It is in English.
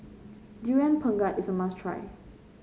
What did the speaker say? Durian Pengat is a must try